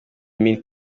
mille